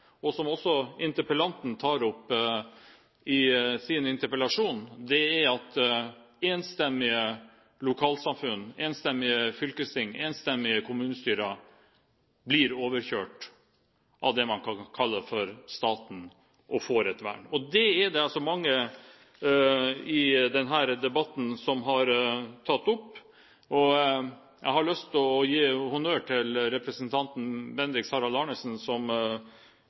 og som også interpellanten tar opp i sin interpellasjon, er at enstemmige lokalsamfunn, enstemmige fylkesting, enstemmige kommunestyrer blir overkjørt av det man kan kalle for staten, og får et vern. Det er det mange i denne debatten som har tatt opp. Jeg har lyst til å gi honnør til representanten Bendiks H. Arnesen som